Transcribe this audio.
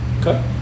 Okay